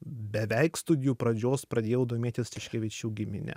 beveik studijų pradžios pradėjau domėtis tiškevičių gimine